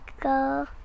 go